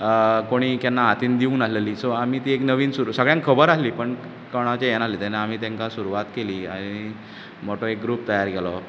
कोणी केन्ना हातींत दिवंक नासलेली सो आमी ती एक नवीन सुरू सगळ्यांक खबर आसली पूण कोणाचें हें नासलें तेन्ना आमी तेंकां सुरवात केली आनी मोटो एक ग्रूप तयार केलो